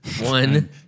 One